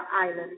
island